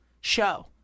show